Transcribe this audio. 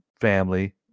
family